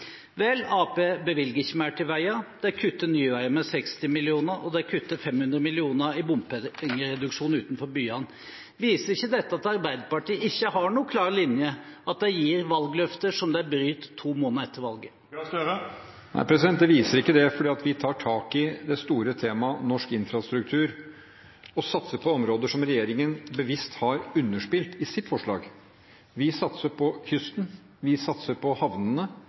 bevilger ikke mer til veier. De kutter i Nye Veier med 60 mill. kr, og de kutter 500 mill. kr i bompengereduksjon utenfor byene. Viser ikke dette at Arbeiderpartiet ikke har noen klar linje, at de gir valgløfter som de bryter to måneder etter valget? Nei, det viser ikke det. Vi tar tak i det store temaet «norsk infrastruktur» og satser på områder som regjeringen bevisst har underspilt i sitt forslag. Vi satser på kysten. Vi satser på havnene.